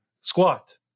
squat